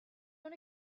own